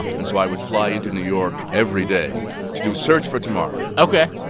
and so i would fly into new york every day to do search for tomorrow. ok.